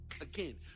Again